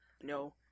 no